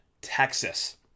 Texas